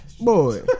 Boy